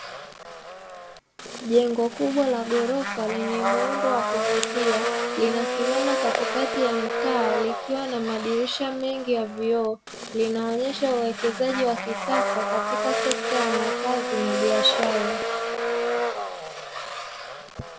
Jengo kubwa la ghorofa lenye muundo wa kuvutia linasimama katikati ya mtaa, likiwa na madirisha mengi ya vioo linaonyesha uwekezaji wa kisasa katika sekta ya makazi na biashara.